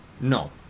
No